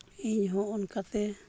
ᱤᱧᱦᱚᱸ ᱚᱱᱠᱟᱛᱮ